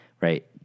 right